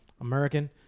American